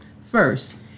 First